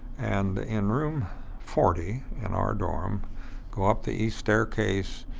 and in room forty in our dorm go up the east staircase,